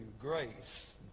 grace